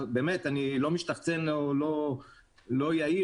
באמת אני לא משתחצן ולא יהיר,